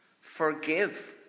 forgive